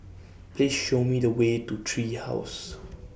Please Show Me The Way to Tree House